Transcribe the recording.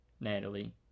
natalie